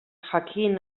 jakin